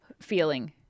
feeling